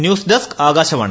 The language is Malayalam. news desk Akashvani